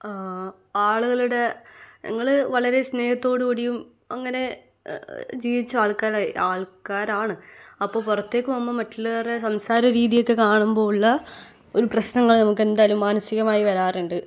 ആളുകളുടെ ഞങ്ങൾ വളരെ സ്നേഹത്തോടു കൂടിയും അങ്ങനെ ജീവിച്ച ആൾക്കാരായ് ആൾക്കാരാണ് അപ്പോൾ പുറത്തേക്കു പോവുമ്പോൾ മറ്റുള്ളവരുടെ സംസാര രീതിയൊക്കെ കാണുമ്പോൾ ഉള്ള ഒരു പ്രശ്നങ്ങൾ നമുക്ക് എന്തായാലും മാനസികമായി വരാറുണ്ട്